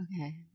Okay